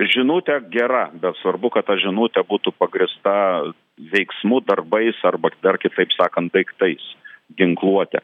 žinutė gera bet svarbu kad ta žinutė būtų pagrįsta veiksmų darbais arba dar kitaip sakant daiktais ginkluote